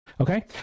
Okay